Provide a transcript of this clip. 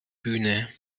bühne